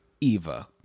Eva